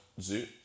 zoo